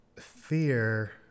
fear